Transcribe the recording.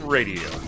Radio